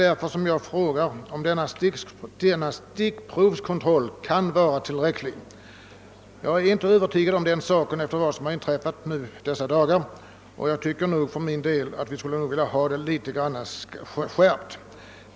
Därför frågar jag om denna stickprovskontroll kan vara tillräcklig. Jag är inte övertygad om den saken efter vad som har inträffat i dessa dagar. Jag tycker nog att kontrollen skulle behöva skärpas en smula.